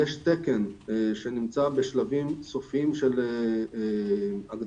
יש תקן שנמצא בשלבים סופיים של הגדרה,